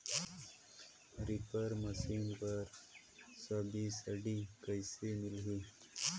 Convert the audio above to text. Reaper machine बर subsidy कइसे मिलही?